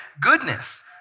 goodness